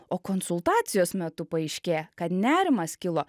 o konsultacijos metu paaiškėja kad nerimas kilo